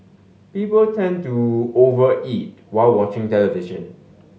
people tend to over eat while watching television